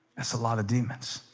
that's a lot of demons